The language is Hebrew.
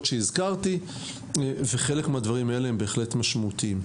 שהזכרתי וחלק מהדברים האלה בהחלט משמעותיים.